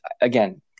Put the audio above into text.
again